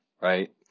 right